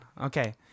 Okay